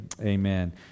Amen